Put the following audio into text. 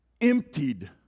emptied